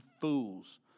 fools